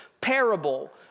parable